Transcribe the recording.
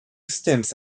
stints